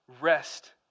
rest